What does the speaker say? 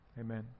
Amen